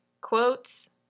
quotes